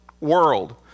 world